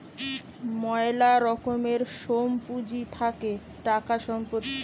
ময়লা রকমের সোম পুঁজি থাকে টাকা, সম্পত্তি